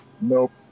Nope